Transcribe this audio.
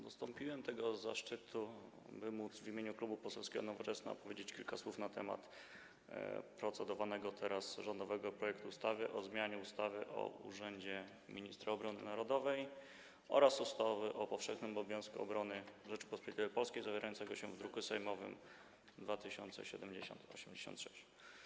Dostąpiłem tego zaszczytu, by móc w imieniu Klubu Poselskiego Nowoczesna powiedzieć kilka słów na temat procedowanego rządowego projektu ustawy o zmianie ustawy o urzędzie Ministra Obrony Narodowej oraz ustawy o powszechnym obowiązku obrony Rzeczypospolitej Polskiej, druk sejmowy nr 2786.